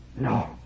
No